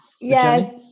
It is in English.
Yes